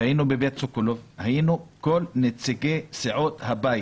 והיינו בבית סוקולוב כל נציגי סיעות הבית,